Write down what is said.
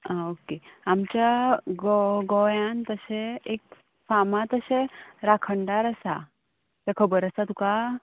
आं ओके आमच्या गो गोंयान तशे एक फामाद अशे राखणदार आसा तें खबर आसा तुका